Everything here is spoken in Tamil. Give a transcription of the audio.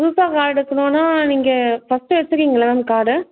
புதுசாக கார்டு இருக்கணுன்னா நீங்கள் ஃபர்ஸ்ட்டு வச்சுருக்கீங்கள்ல மேம் கார்டு